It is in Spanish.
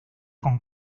con